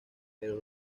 pero